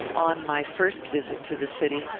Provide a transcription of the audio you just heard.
on my first visit to the city,